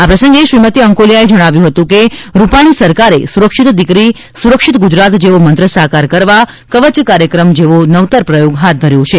આ પ્રસંગે શ્રીમતી આંકોલીયાએ જણાવ્યું હતું કે રૂપાણી સરકારે સુરક્ષિત દિકરી સુરક્ષિત ગુજરાત જેવો મંત્ર સાકાર કરવા કવચ કાર્યક્રમ જેવો નવતર પ્રયોગ હાથ ધર્યો છે